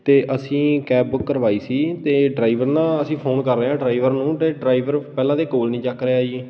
ਅਤੇ ਅਸੀਂ cab book ਕਰਵਾਈ ਸੀ ਅਤੇ ਡਰਾਈਵਰ ਨਾ ਅਸੀਂ ਫੋਨ ਕਰ ਰਹੇ ਹਾਂ ਡਰਾਈਵਰ ਨੂੰ ਅਤੇ ਡਰਾਈਵਰ ਪਹਿਲਾਂ ਤਾਂ ਕੋਲ ਨਹੀਂ ਚੱਕ ਰਿਹਾ ਜੀ